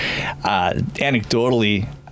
anecdotally